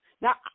Now